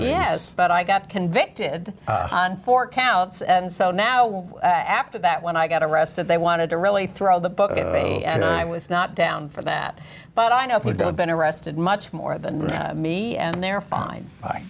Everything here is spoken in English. yes but i got convicted on four counts and so now after that when i got arrested they wanted to really throw the book i was not down for that but i know pluto been arrested much more than me and they're fine